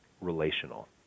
relational